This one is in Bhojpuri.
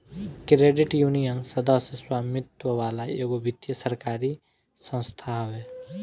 क्रेडिट यूनियन, सदस्य स्वामित्व वाला एगो वित्तीय सरकारी संस्था हवे